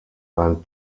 ein